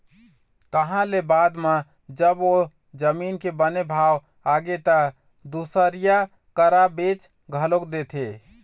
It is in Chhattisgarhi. तहाँ ले बाद म जब ओ जमीन के बने भाव आगे त दुसरइया करा बेच घलोक देथे